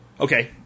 Okay